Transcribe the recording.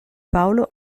paolo